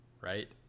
right